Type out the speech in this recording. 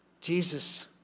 Jesus